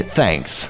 thanks